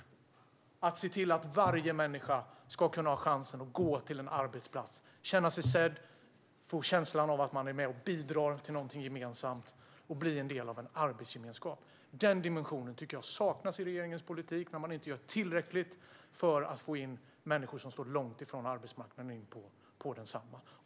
Det handlar om att se till att varje människa ska ha chansen att gå till en arbetsplats, känna sig sedd, få känslan av att vara med och bidra till någonting gemensamt och bli en del av en arbetsgemenskap. Den dimensionen tycker jag saknas i regeringens politik när man inte gör tillräckligt för att få in människor som står långt ifrån arbetsmarknaden på densamma.